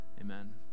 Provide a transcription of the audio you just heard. amen